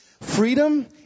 freedom